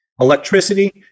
electricity